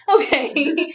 Okay